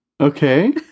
Okay